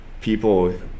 people